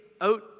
out